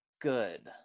good